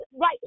right